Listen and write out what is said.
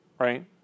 Right